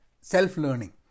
self-learning